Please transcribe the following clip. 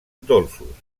dolços